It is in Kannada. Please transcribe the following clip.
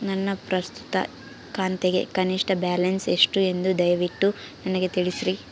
ನನ್ನ ಪ್ರಸ್ತುತ ಖಾತೆಗೆ ಕನಿಷ್ಠ ಬ್ಯಾಲೆನ್ಸ್ ಎಷ್ಟು ಎಂದು ದಯವಿಟ್ಟು ನನಗೆ ತಿಳಿಸ್ರಿ